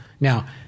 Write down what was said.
Now